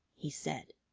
he said.